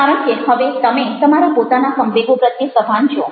કારણ કે હવે તમે તમારા પોતાના સંવેગો પ્રત્યે સભાન છો